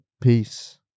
Peace